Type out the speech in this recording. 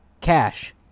cash